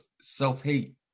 self-hate